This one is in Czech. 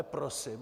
Prosím.